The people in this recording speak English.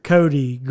Cody